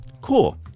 Cool